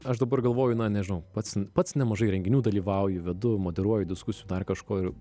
aš dabar galvoju na nežinau pats pats nemažai renginių dalyvauju vedu moderuoju diskusijų dar kažko ir